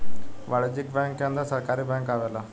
वाणिज्यिक बैंक के अंदर सरकारी बैंक आवेला